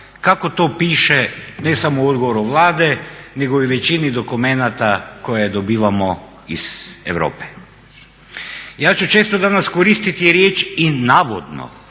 kako to piše ne samo u odgovoru Vlade, nego i većini dokumenata koje dobivamo iz Europe. Ja ću često danas koristiti riječ i navodno,